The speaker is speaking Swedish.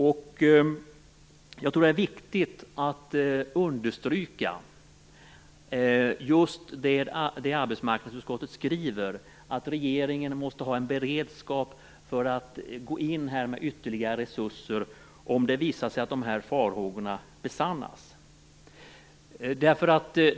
Jag tror att det är viktigt att understryka det arbetsmarknadsutskottet skriver, att regeringen måste ha en beredskap för att gå in med ytterligare resurser om det visar sig att de här farhågorna besannas.